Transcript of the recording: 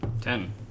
Ten